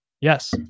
Yes